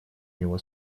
него